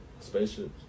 Spaceships